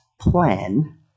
plan